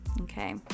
Okay